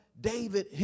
David